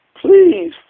Please